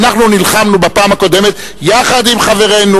אנחנו נלחמנו בפעם הקודם יחד עם חברינו